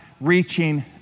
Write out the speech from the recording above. reaching